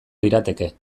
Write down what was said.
lirateke